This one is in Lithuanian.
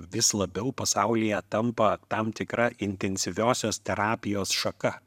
vis labiau pasaulyje tampa tam tikra intensyviosios terapijos šaka